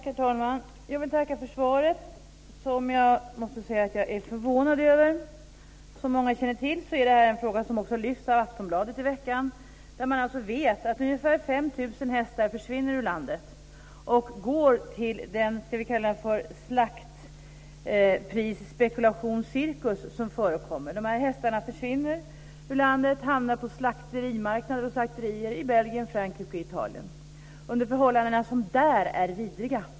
Herr talman! Jag vill tacka för svaret, som jag måste säga att jag är förvånad över. Som många känner till är detta en fråga som också lyfts av Aftonbladet i veckan. Man vet att ungefär 5 000 hästar försvinner ur landet och går till den slaktprisspekulationscirkus som förekommer. Dessa hästar försvinner ur landet. De hamnar på slakterimarknader och slakterier i Belgien, Frankrike och Italien under förhållanden som där är vidriga.